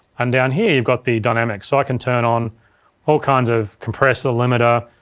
and down here you've got the dynamics. so i can turn on all kinds of compressor, limiter,